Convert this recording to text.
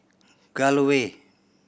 Gul Way